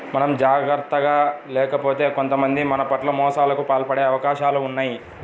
మనం జాగర్తగా లేకపోతే కొంతమంది మన పట్ల మోసాలకు పాల్పడే అవకాశాలు ఉన్నయ్